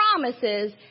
promises